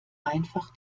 einfach